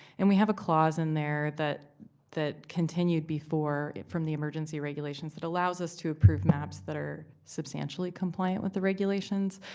and we have a clause in there that that continued before from the emergency regulations that allows us to approve maps that are substantially compliant with the regulations.